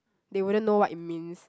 they wouldn't know what it means